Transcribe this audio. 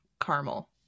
caramel